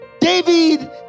david